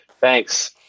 Thanks